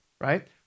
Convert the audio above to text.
right